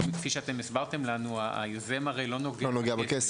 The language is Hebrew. כפי שאתם הסברתם לנו, היוזם הרי לא נוגע בכסף.